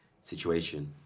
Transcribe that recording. situation